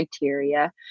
criteria